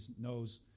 knows